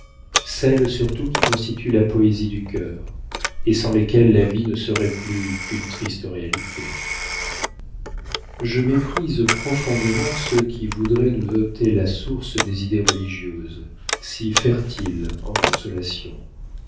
celles surtout qui constituent la poésie du cœur et sans lesquelles la vie ne serait plus qu'une triste réalité je méprise profondément ceux qui voudraient nous ôter la source des idées religieuses si fertiles en consolations